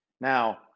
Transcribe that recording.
Now